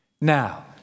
Now